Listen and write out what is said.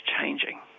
changing